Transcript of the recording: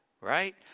Right